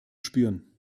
spüren